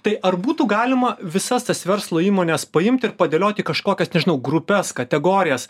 tai ar būtų galima visas tas verslo įmones paimt ir padėliot į kažkokias nežinau grupes kategorijas